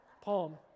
Palm